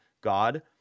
God